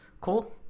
Cool